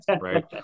right